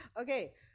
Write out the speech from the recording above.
Okay